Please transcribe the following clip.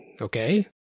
Okay